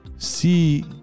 see